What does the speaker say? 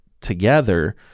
together